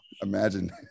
imagine